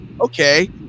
okay